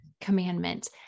commandment